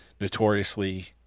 notoriously